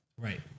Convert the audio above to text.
Right